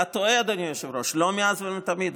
אתה טועה, אדוני היושב-ראש, לא מאז ומתמיד.